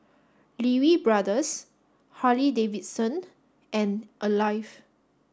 Lee Wee Brothers Harley Davidson and Alive